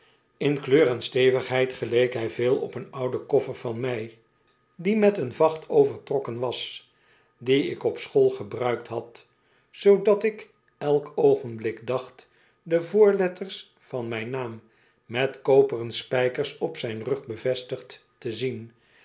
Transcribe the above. in kleur en stevigheid geleek hij veel op een ouden koffer van mij die met een vacht overtrokken was dien ik op school gebruikt had zoodat ik elk oogenblik dacht de voorletters van mijn naam met koperen spijkers op zijn rug bevestigd te zien